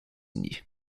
unis